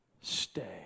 stay